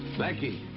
becky!